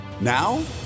Now